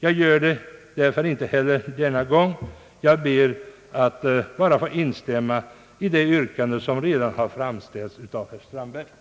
Jag gör det därför inte heller denna gång, utan ber att få instämma i det yrkande som redan har framställts av herr Strandberg.